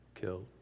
killed